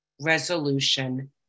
resolution